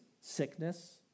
Sickness